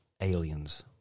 aliens